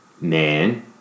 man